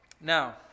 Now